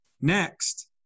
next